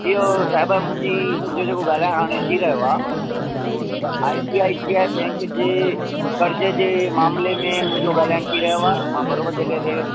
जी इहो साहिबु मुंहिंजी मुंहिंजो जेको ॻाल्हाइणु हाणे थी रहियो आहे त I C I C I bank जे कर्ज़ जे मामले में मुंहिंजो ॻाल्हाइणु थी रहियो आहे मां बराबरि जॻहि ते